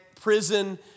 prison